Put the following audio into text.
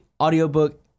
audiobook